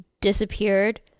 disappeared